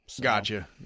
Gotcha